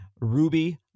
ruby